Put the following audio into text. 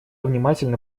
внимательно